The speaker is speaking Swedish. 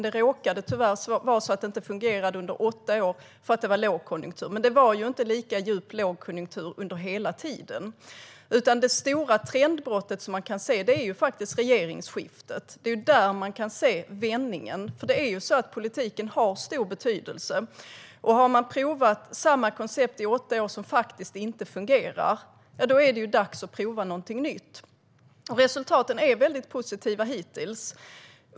Det råkade tyvärr vara så att det inte fungerade under åtta år för att det var lågkonjunktur. Men det var inte lika djup lågkonjunktur under hela tiden. Det stora trendbrottet som man kan se är regeringsskiftet. Det är där man kan se vändningen. Politiken har stor betydelse. Har man provat samma koncept i åtta år utan att det fungerar är det dags att prova någonting nytt. Resultaten är hittills väldigt positiva.